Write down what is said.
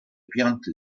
piante